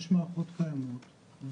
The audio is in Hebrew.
יש מערכות קיימות.